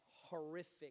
horrific